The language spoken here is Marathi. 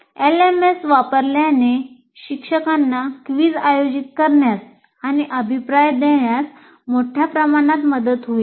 एलएमएस वापरल्याने शिक्षकांना क्विझ आयोजित करण्यास आणि अभिप्राय देण्यासाठी मोठ्या प्रमाणात मदत होईल